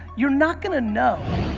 you're not going to know.